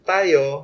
Tayo